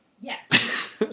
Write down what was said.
Yes